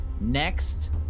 Next